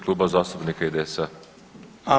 Kluba zastupnika IDS-a.